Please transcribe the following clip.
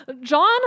John